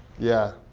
yeah,